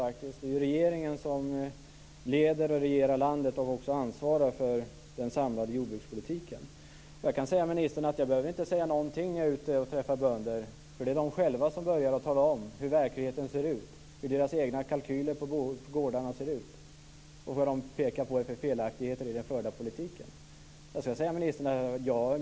Regeringen har ledningen över hela landet, och då är det också den som ansvarar för den samlade jordbrukspolitiken. Jag behöver inte säga någonting när jag är ute och träffar bönder. Det är de själva som vill tala om hur verkligheten ser ut, hur deras kalkyler för gårdarna ser ut och vilka felaktigheter som de anser finns i den förda politiken.